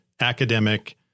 academic